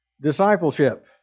discipleship